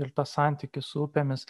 ir tą santykį su upėmis